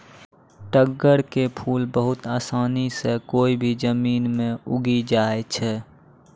तग्गड़ के फूल बहुत आसानी सॅ कोय भी जमीन मॅ उगी जाय छै